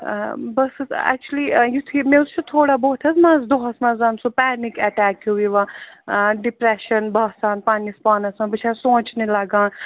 بہٕ ٲسٕس ایٚکچُلی یُتھُے مےٚ حظ چھُ تھوڑا بہت حظ مَنزٕ دۄہَس منٛز سُہ پٮ۪نِک اٹیک ہیوٗ یِوان ڈِپرٛٮ۪شَن باسان پَنٛنِس پانَس منٛز بہٕ چھَس سونٛچنہِ لَگان